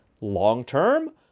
long-term